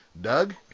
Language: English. Doug